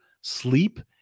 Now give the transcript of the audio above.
sleep